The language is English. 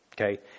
Okay